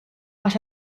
għax